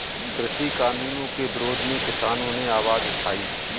कृषि कानूनों के विरोध में किसानों ने आवाज उठाई